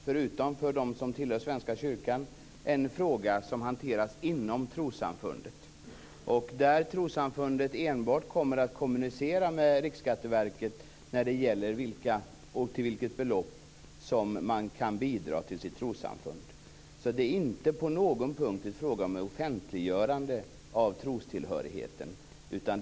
Förutom för dem som tillhör Svenska kyrkan är det en fråga som hanteras inom trossamfundet, och trossamfundet kommer enbart att kommunicera med Riksskatteverket när det gäller vilka som kan bidra och med vilket belopp man kan bidra till sitt trossamfund. Det är inte på någon punkt en fråga om ett offentliggörande av trostillhörigheten.